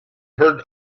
heard